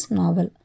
novel